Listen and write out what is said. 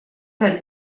per